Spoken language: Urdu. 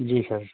جی سر